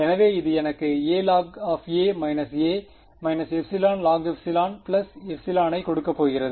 எனவே இது எனக்கு alog a εlog ε ε ஐ கொடுக்கப் போகிறது